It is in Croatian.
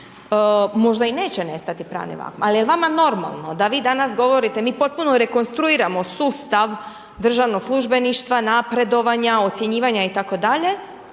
možda i neće nestati pravni vakum ali je vama normalno da vi danas govorite, mi potpuno rekonstruiramo sustav državnog službeništva, napredovanja, ocjenjivanja itd.